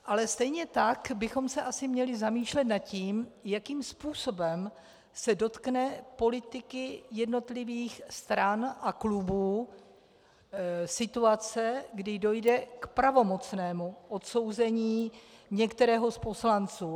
Ale stejně tak bychom se asi měli zamýšlet nad tím, jakým způsobem se dotkne politiky jednotlivých stran a klubů situace, kdy dojde k pravomocnému odsouzení některého z poslanců.